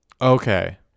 okay